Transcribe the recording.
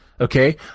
Okay